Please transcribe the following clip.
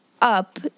Up